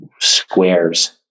squares